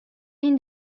این